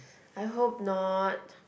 I hope not